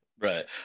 Right